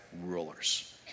rulers